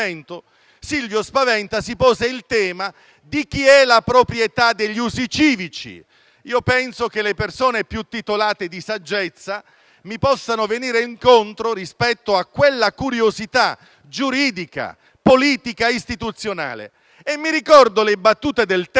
Silvio Spaventa, pose la questione di chi fosse la proprietà degli usi civici. Io penso che le persone più titolate di saggezza mi possano venire incontro rispetto a quella curiosità giuridica, politica, istituzionale. Mi ricordo le battute del tempo